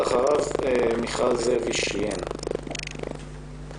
אחריו מיכל זאבי משי"ן שוויון ייצוג